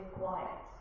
quiet